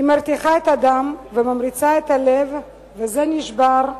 היא מרתיחה את הדם וממריצה את הלב, וזה נשבר,